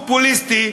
זה חוק פופוליסטי.